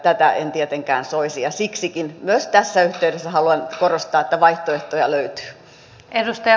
tätä en tietenkään soisi ja siksikin myös tässä yhteydessä haluan korostaa että vaihtoehtoja löytyy